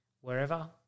wherever